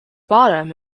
bottom